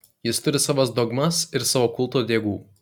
jis turi savas dogmas ir savo kulto diegų